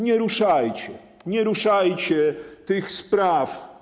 Nie ruszajcie, nie ruszajcie tych spraw.